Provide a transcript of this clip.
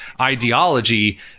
ideology